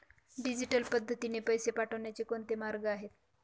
Digital पद्धतीने पैसे पाठवण्याचे कोणते मार्ग आहेत?